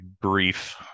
brief